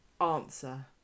answer